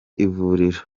ivuriro